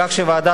כך שבוועדה